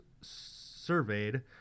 surveyed